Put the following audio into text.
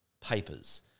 Papers